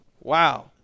Wow